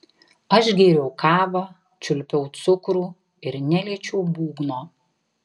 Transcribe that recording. aš gėriau kavą čiulpiau cukrų ir neliečiau būgno